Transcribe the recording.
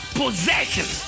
possession